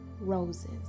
Roses